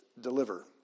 deliver